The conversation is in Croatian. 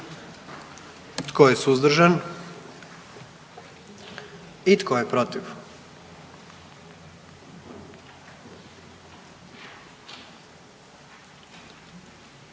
Tko je suzdržan? I tko je protiv?